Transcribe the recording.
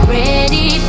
ready